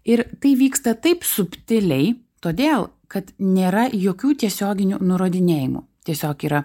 ir tai vyksta taip subtiliai todėl kad nėra jokių tiesioginių nurodinėjimų tiesiog yra